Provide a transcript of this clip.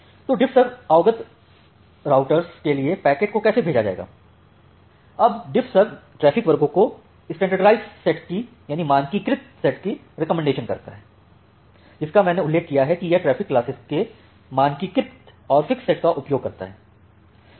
तो डिफर्वर्स अवगत राउटरस के लिए पैकेट को कैसे भेजा जाएगा अब डिफ्फसर्व ट्रैफ़िक वर्गों के मानकीकृत सेट की रिकमेंडेशन करता है जिसका मैंने उल्लेख किया है कि यह ट्रैफ़िक क्लासेज के मानकीकृत और फ़िक्स सेट का उपयोग करता है